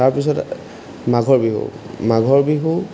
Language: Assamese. তাৰপিছত মাঘৰ বিহু মাঘৰ বিহু